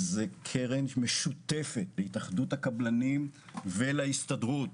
זו קרן משותפת להתאחדות הקבלנים ולהסתדרות.